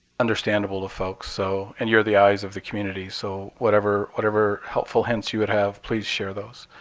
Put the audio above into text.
understandable to folks. so and you're the eyes of the community, so whatever whatever helpful hints you would have please share those.